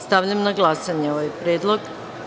Stavljam na glasanje ovaj predlog.